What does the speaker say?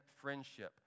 friendship